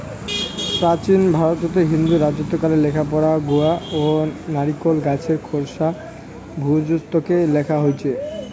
প্রাচীন ভারতত হিন্দু রাজত্বকালে লেখাপড়া গুয়া ও নারিকোল গছের খোসার ভূর্জত্বকে লেখা হইচে